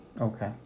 Okay